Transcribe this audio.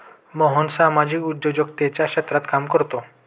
मोहन सामाजिक उद्योजकतेच्या क्षेत्रात काम करतो